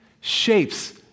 shapes